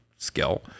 skill